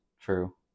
True